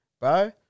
Bro